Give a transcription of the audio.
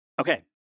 okay